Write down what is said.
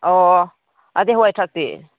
ꯑꯣ ꯑꯗꯩ ꯍꯋꯥꯏꯊ꯭ꯔꯥꯛꯇꯤ